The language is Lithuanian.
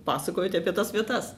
pasakojote apie tas vietas